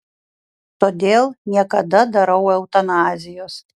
todėl niekada darau eutanazijos